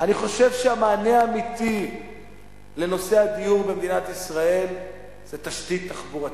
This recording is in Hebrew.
אני חושב שהמענה האמיתי לנושא הדיור במדינת ישראל זה תשתית תחבורתית.